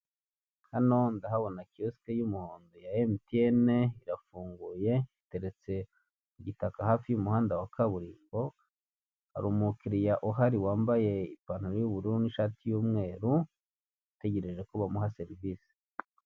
Hano ndahabona kiyosike y'umuhondo ya emutiyeni irafunguye iteretse ku gitaka hafi y'umuhanda wa kaburimbo hari umukiriya uhari wambaye ipantaro y'ubururu n'ishati y'umweru ategereje ko bamuha serivise.